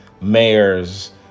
mayors